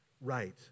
right